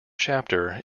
chapter